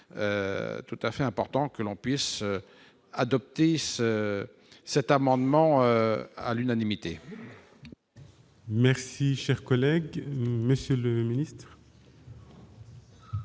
il serait bon que l'on puisse adopter cet amendement à l'unanimité.